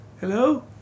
hello